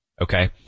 Okay